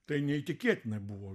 tai neįtikėtinai buvo